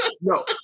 No